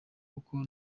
kuko